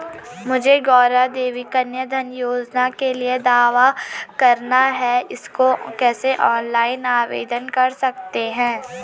मुझे गौरा देवी कन्या धन योजना के लिए दावा करना है इसको कैसे ऑनलाइन आवेदन कर सकते हैं?